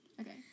Okay